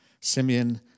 Simeon